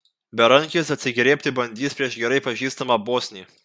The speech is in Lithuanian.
berankis atsigriebti bandys prieš gerai pažįstamą bosnį